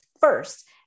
first